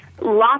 lots